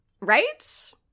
Right